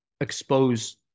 expose